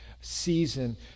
season